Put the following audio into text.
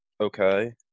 okay